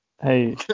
Hey